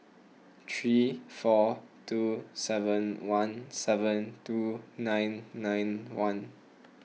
three four two seven one seven two nine nine one